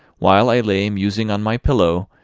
while i lay musing on my pillow,